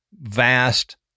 vast